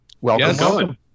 Welcome